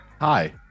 Hi